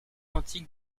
antique